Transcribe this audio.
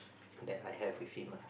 that I have with him ah